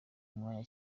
umwanya